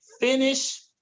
finish